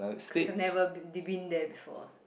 cause I've never be d~ been there before